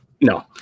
No